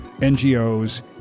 NGOs